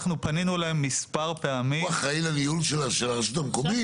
אנחנו פנינו אליהם מספר פעמים --- הוא אחראי על ניהול הרשות המקומית?